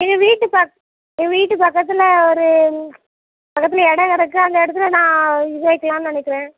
எங்கள் வீட்டு பக் எங்கள் வீட்டு பக்கத்தில் ஒரு பக்கத்தில் இடம் கிடக்கு அந்த இடத்துல நான் இது வைக்கலாம்னு நினைக்குறேன்